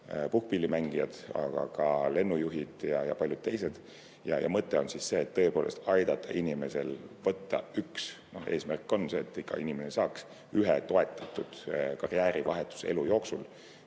puhkpillimängijad, aga ka lennujuhid ja paljud teised. Mõte on selles, et tõepoolest aidata inimestel teha üks [karjäärivahetus], et iga inimene saaks ühe toetatud karjäärivahetuse elu jooksul.